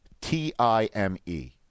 T-I-M-E